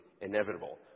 inevitable